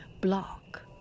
block